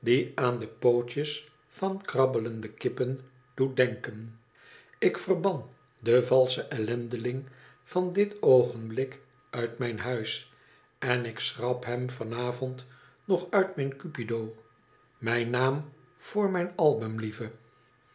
aan de pootjes van krabbelende kippen doet denken ik verban den valschen ellendeling van dit oogenblik uit mijn huia en ik schrap hem van avond nog uit mijn cupido mijn naam voor mijn album lieve